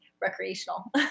recreational